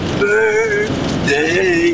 birthday